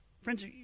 Friends